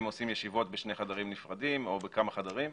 אם עושים ישיבות בשני חדרים נפרדים או בכמה חדרים.